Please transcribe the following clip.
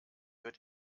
wird